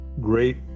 great